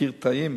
החקיקתיים